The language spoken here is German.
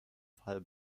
fall